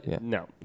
No